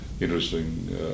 Interesting